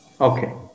Okay